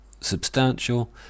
substantial